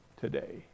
today